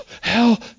hell